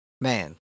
man